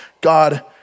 God